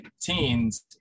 teens